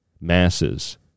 Masses